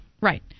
Right